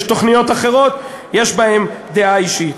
יש תוכניות אחרות שיש בהן דעה אישית.